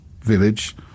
village